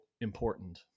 important